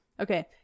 Okay